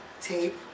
tape